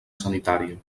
sanitària